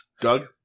Doug